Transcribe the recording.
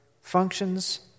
functions